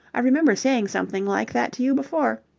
i remember saying something like that to you before.